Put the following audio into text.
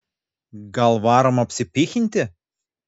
gal varom apsipychinti